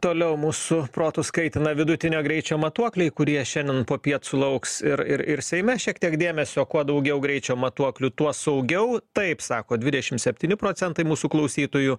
toliau mūsų protus kaitina vidutinio greičio matuokliai kurie šiandien popiet sulauks ir ir ir seime šiek tiek dėmesio kuo daugiau greičio matuoklių tuo saugiau taip sako dvidešim septyni procentai mūsų klausytojų